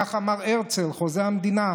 כך אמר הרצל, חוזה המדינה,